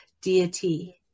deity